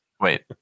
wait